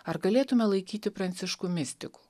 ar galėtume laikyti pranciškų mistiku